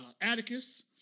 Atticus